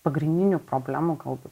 pagrindinių problemų galbūt